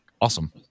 awesome